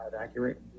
accurate